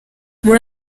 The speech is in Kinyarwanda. muri